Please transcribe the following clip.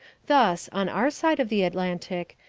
thus, on our side of the atlantic,